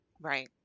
Right